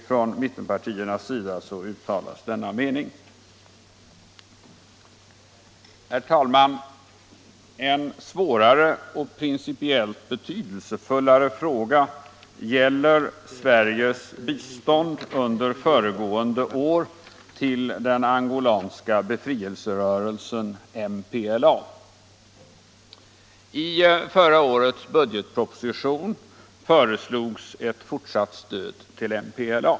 Från mittenpartiernas sida uttalas den meningen i utskottsbetänkandet. Herr talman! En svårare och principiellt mer betydelsefull fråga gäller Sveriges bistånd under föregående år till den angolanska befrielserörelsen MPLA. I förra årets budgetproposition föreslogs ett fortsatt stöd till MPLA.